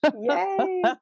Yay